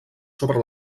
sobre